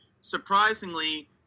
Surprisingly